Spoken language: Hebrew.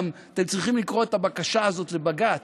אתם גם צריכים לקרוא את הבקשה הזאת לבג"ץ.